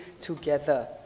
together